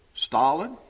Stalin